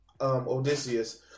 Odysseus